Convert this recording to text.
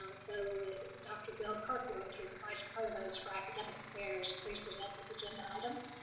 and so would dr. bill kirkwood, who is the vice provost for academic affairs, please resent this agenda item?